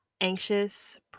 anxious